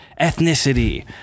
ethnicity